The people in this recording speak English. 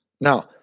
Now